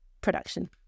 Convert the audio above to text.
production